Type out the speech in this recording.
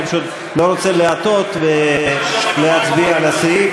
אני פשוט לא רוצה להטעות ולהצביע על הסעיף,